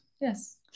Yes